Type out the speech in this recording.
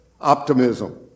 optimism